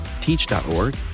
teach.org